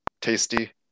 tasty